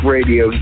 Radio